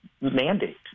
mandate